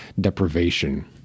deprivation